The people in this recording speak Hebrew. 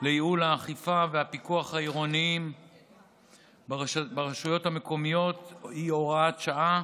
לייעול האכיפה והפיקוח העירוניים ברשויות המקומיות (הוראת שעה)